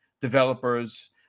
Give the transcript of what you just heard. developers